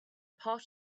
part